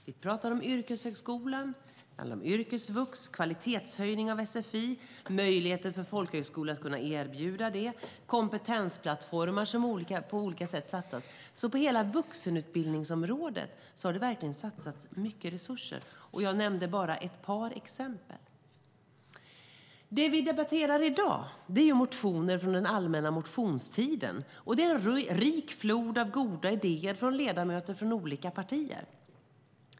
Vi talar om yrkeshögskolan, yrkesvux, kvalitetshöjning av sfi och möjlighet för folkhögskolor att erbjuda det och satsningar på olika kompetensplattformar. Det har alltså satsats mycket resurser på hela vuxenutbildningsområdet. Jag nämnde bara ett par exempel. Det vi debatterar i dag är motioner från allmänna motionstiden, och det är en rik flod av goda idéer från ledamöter från olika partier.